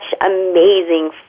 amazing